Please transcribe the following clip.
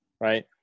right